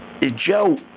Joe